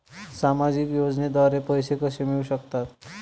सामाजिक योजनेद्वारे पैसे कसे मिळू शकतात?